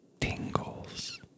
tingles